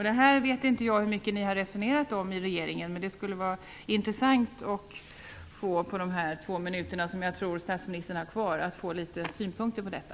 Det här vet inte jag hur mycket ni har resonerat om i regeringen, men det skulle vara intressant att på de två minuter som jag tror att statsministern har kvar få några synpunkter på detta.